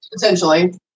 Potentially